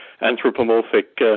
anthropomorphic